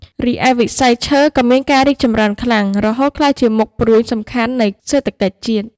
រីឯវិស័យឈើក៏មានការរីកចម្រើនខ្លាំង រហូតក្លាយជាមុខព្រួញសំខាន់នៃសេដ្ឋកិច្ចជាតិ។